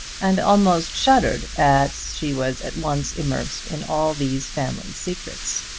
and almost shuddered as she was at once immersed in all these family secrets.